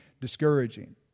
discouraging